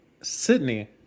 Sydney